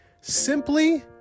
simply